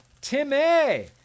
timmy